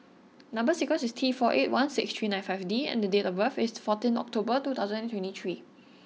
number sequence is T four eight one six three nine five D and date of birth is fourteen October two thousand and twenty three